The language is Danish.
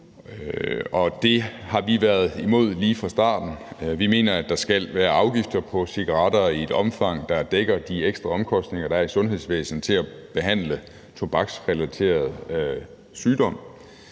Det har vi været imod lige fra starten. Vi mener, at der skal være afgifter på cigaretter i et omfang, der dækker de ekstra omkostninger, der er i sundhedsvæsenet til at behandle tobaksrelaterede sygdomme,